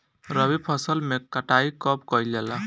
रबी फसल मे कटाई कब कइल जाला?